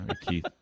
keith